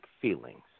feelings